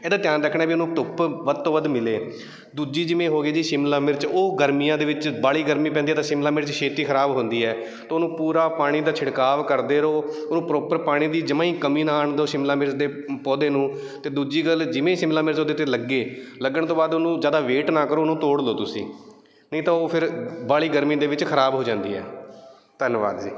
ਇਹਦਾ ਧਿਆਨ ਰੱਖਣਾ ਵੀ ਉਹਨੂੰ ਧੁੱਪ ਵੱਧ ਤੋਂ ਵੱਧ ਮਿਲੇ ਦੂਜੀ ਜਿਵੇਂ ਹੋ ਗਈ ਜੀ ਸ਼ਿਮਲਾ ਮਿਰਚ ਉਹ ਗਰਮੀਆਂ ਦੇ ਵਿੱਚ ਬਾਲੀ ਗਰਮੀ ਪੈਂਦੀ ਹੈ ਤਾਂ ਸ਼ਿਮਲਾ ਮਿਰਚ ਛੇਤੀ ਖਰਾਬ ਹੁੰਦੀ ਹੈ ਅਤੇ ਉਹਨੂੰ ਪੂਰਾ ਪਾਣੀ ਦਾ ਛਿੜਕਾਵ ਕਰਦੇ ਰਹੋ ਉਹਨੂੰ ਪ੍ਰੋਪਰ ਪਾਣੀ ਦੀ ਜਮਾਂ ਹੀ ਕਮੀ ਨਾ ਆਉਣ ਦੋ ਸ਼ਿਮਲਾ ਮਿਰਚ ਦੇ ਪੌਦੇ ਨੂੰ ਅਤੇ ਦੂਜੀ ਗੱਲ ਜਿਵੇਂ ਸ਼ਿਮਲਾ ਮਿਰਚ ਉਹਦੇ 'ਤੇ ਲੱਗੇ ਲੱਗਣ ਤੋਂ ਬਾਅਦ ਉਹਨੂੰ ਜ਼ਿਆਦਾ ਵੇਟ ਨਾ ਕਰੋ ਉਹਨੂੰ ਤੋੜ ਲਓ ਤੁਸੀਂ ਨਹੀਂ ਤਾਂ ਉਹ ਫਿਰ ਬਾਲੀ ਗਰਮੀ ਦੇ ਵਿੱਚ ਖਰਾਬ ਹੋ ਜਾਂਦੀ ਹੈ ਧੰਨਵਾਦ ਜੀ